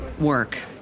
work